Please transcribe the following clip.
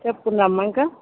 చెప్పు అమ్మ ఇంకా